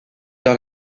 dans